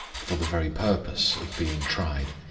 for the very purpose of being tried.